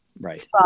right